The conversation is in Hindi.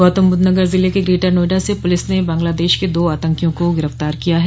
गौतमबूद्ध नगर जिले के ग्रेटर नोएडा से पूलिस ने बंगला देश के दो आतंकियों को गिरफ्तार किया है